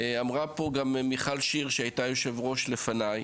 אמרה פה גם מיכל שיר שהייתה יושב-ראש לפניי,